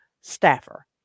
staffer